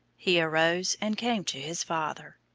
he arose and came to his father.